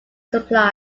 supply